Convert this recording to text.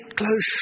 close